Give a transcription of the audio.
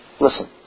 listen